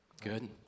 Good